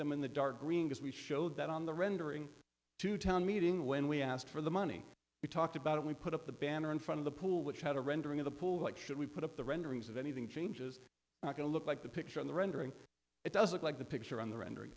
them in the dark green as we showed that on the rendering to town meeting when we asked for the money we talked about it we put up the banner in front of the pool which had a rendering of the pool what should we put up the renderings of anything changes going to look like the picture on the rendering it does look like the picture on the rendering